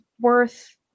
worth